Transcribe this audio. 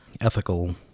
ethical